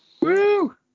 Woo